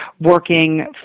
working